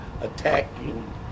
attacking